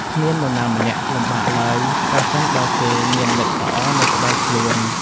គ្មាននរណាម្នាក់លំបាកឡើយ ប្រសិនបើគេមានមិត្តល្អនៅក្បែរខ្លួន។